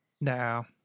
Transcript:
no